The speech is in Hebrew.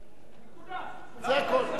תשים שתי נקודות.